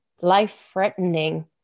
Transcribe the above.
life-threatening